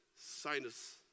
sinus